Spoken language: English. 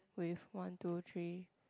with one two three